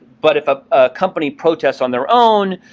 but if a ah company protests on their own,